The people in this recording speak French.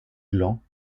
glands